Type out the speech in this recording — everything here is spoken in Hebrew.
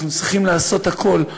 אנחנו צריכים לעשות הכול,